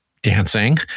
dancing